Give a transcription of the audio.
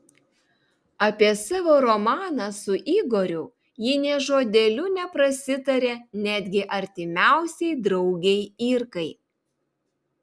apie savo romaną su igoriu ji nė žodeliu neprasitarė netgi artimiausiai draugei irkai